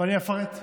אני אפרט.